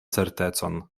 certecon